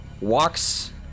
walks